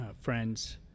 friends